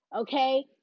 Okay